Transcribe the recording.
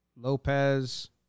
Lopez